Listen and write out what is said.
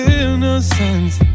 innocence